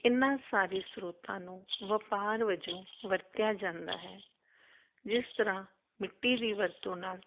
ਇਹਨਾਂ ਸਾਰੇ ਸਰੋਤਾਂ ਨੂੰ ਵਪਾਰ ਵਜੋਂ ਵਰਤਿਆ ਜਾਂਦਾ ਹੈ ਜਿਸ ਤਰ੍ਹਾਂ ਮਿੱਟੀ ਦੀ ਵਰਤੋਂ ਨਾਲ